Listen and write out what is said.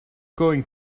going